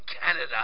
Canada